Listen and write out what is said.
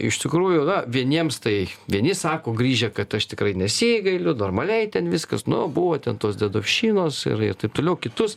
iš tikrųjų na vieniems tai vieni sako grįžę kad aš tikrai nesigailiu normaliai ten viskas nu buvo ten tos dedovščinos ir ir taip toliau kitus